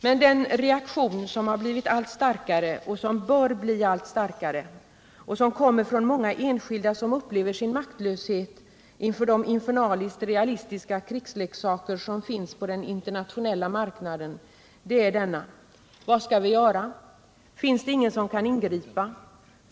Men 51 reaktionen från många enskilda som upplever sin maktlöshet inför de infernaliskt realistiska krigsleksaker som finns på den internationella marknaden — den reaktionen har blivit allt starkare och bör bli allt starkare — är denna: ”Vad skall vi göra? Finns det ingen som kan ingripa?